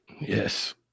Yes